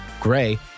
Gray